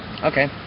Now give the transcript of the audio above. Okay